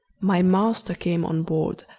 my master came on board,